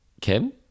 Kim